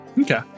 Okay